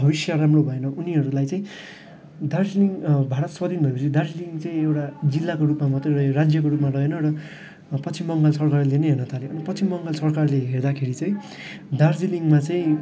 भविष्य राम्रो भएन उनीहरूलाई चाहिँ दार्जिलिङ भारत स्वाधीन भएपछि दार्जिलिङ चाहिँ एउटा जिल्लाको रूपमा मात्रै रह्यो राज्यको रूपमा रहेन र पश्चिम बङ्गाल सरकारले नै हेर्नु थाल्यो पश्चिम बङ्गाल सरखारले हेर्दाखेरि चाहिँ दार्जिलिङमा चाहिँ